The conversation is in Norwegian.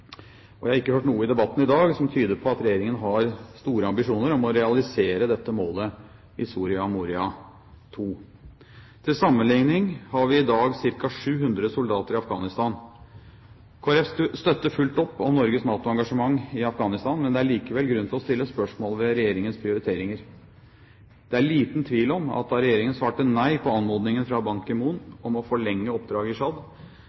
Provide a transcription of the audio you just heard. Og jeg har ikke hørt noe i debatten i dag som tyder på at regjeringen har store ambisjoner om å realisere dette målet i Soria Moria II. Til sammenligning har vi i dag ca. 700 soldater i Afghanistan. Kristelig Folkeparti støtter fullt opp om Norges NATO-engasjement i Afghanistan, men det er likevel grunn til å stille spørsmål ved regjeringens prioriteringer. Det er liten tvil om at da regjeringen svarte nei på anmodningen fra Ban Ki-moon om å forlenge oppdraget i